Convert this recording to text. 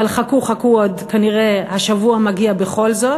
אבל חכו חכו, הוא עוד כנראה השבוע מגיע בכל זאת.